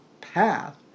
path